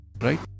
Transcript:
right